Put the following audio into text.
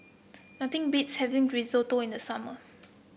nothing beats having Risotto in the summer